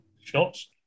Shots